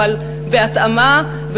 אבל בהתאמה,